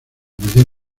mayor